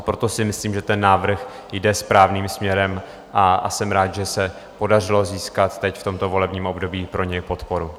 Proto si myslím, že ten návrh jde správným směrem, a jsem rád, že se podařilo získat teď, v tomto volebním období, pro něj podporu.